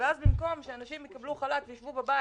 ואז במקום שאנשים יקבלו דמי חל"ת ויישבו בבית,